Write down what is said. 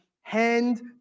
hand